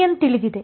bn ತಿಳಿದಿದೆ